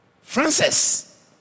Francis